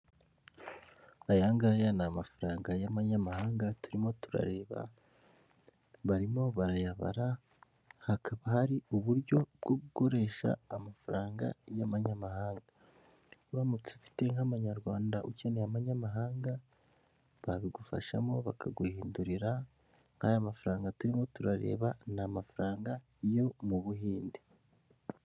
Ayangaya ni amafaranga y'amanyamahanga turimo turareba barimo barayabara hakaba hari uburyo bwo gukoresha amafaranga y'abanyamahanga uramutse um ufite nk'umunyarwanda ukeneye abanyamahanga babigufashamo bakaguhindurira nk'aya mafaranga turimo turareba niamafaranga yo mu buhinde.